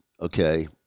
okay